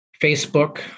Facebook